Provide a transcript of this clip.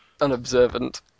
unobservant